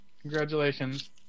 Congratulations